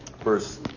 First